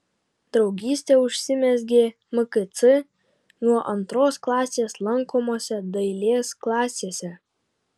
draugystė užsimezgė mkc nuo antros klasės lankomose dailės klasėse